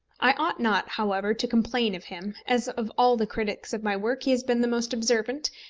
i ought not, however, to complain of him, as of all the critics of my work he has been the most observant,